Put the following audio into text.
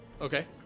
Okay